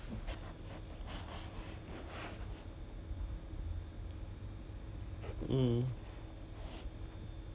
that time before this whole this whole hap~ this whole thing happen they also say what it will continue continue until last minute then they say oh sorry cannot